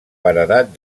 paredat